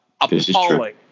Appalling